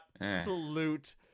Absolute